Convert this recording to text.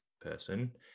person